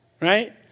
right